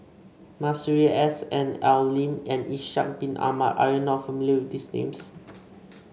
Masuri S N Al Lim and Ishak Bin Ahmad are you not familiar with these names